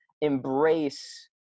embrace